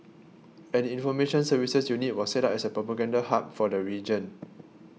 an information services unit was set up as a propaganda hub for the region